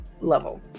level